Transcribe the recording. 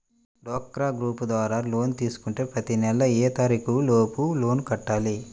డ్వాక్రా గ్రూప్ ద్వారా లోన్ తీసుకుంటే ప్రతి నెల ఏ తారీకు లోపు లోన్ కట్టాలి?